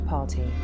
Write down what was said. Party